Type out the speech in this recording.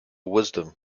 wisdom